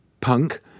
punk